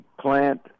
Plant